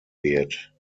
wird